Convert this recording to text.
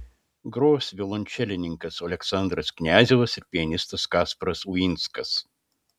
gros violončelininkas aleksandras kniazevas ir pianistas kasparas uinskas